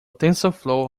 tensorflow